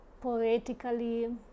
poetically